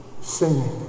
singing